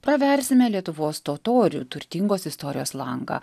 praversime lietuvos totorių turtingos istorijos langą